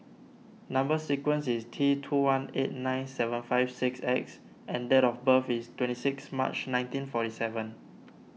Number Sequence is T two one eight nine seven five six X and date of birth is twenty six March nineteen forty seven